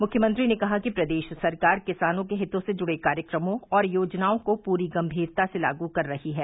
मुख्यमंत्री ने कहा कि प्रदेश सरकार किसानों के हितों से जुड़े कार्यक्रमों और योजनाओं को पूरी गम्भीरता से लागू कर रही है